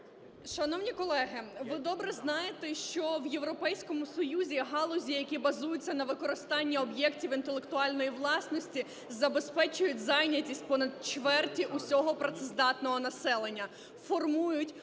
Шановні колеги, ви добре знаєте, що в Європейському Союзі галузі, які базуються на використанні об'єктів інтелектуальної власності, забезпечують зайнятість понад чверть усього працездатного населення, формують близько